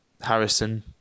Harrison